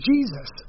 Jesus